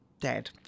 dead